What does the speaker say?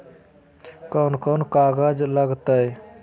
कौन कौन कागज लग तय?